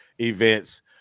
events